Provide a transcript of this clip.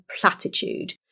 platitude